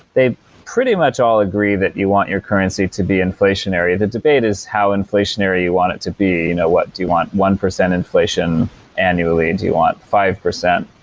they pretty much all agree that you want your currency to be inflationary. the debate is how inflationary you want it to be? you know do you want one percent inflation annually? and do you want five percent?